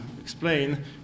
explain